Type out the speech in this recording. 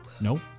Nope